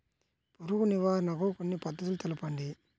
పురుగు నివారణకు కొన్ని పద్ధతులు తెలుపండి?